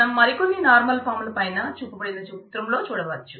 మనం మరికొన్ని normal form లను పైన చూపబడిన చిత్రంలో చూడవచ్చు